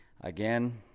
again